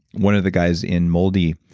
one of the guys in moldy,